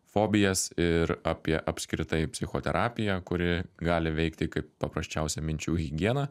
fobijas ir apie apskritai psichoterapiją kuri gali veikti kaip paprasčiausia minčių higiena